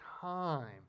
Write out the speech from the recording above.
time